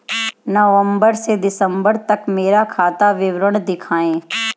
नवंबर से दिसंबर तक का मेरा खाता विवरण दिखाएं?